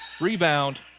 Rebound